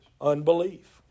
Unbelief